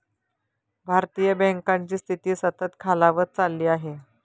भारतीय बँकांची स्थिती सतत खालावत चालली आहे